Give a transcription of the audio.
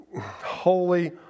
holy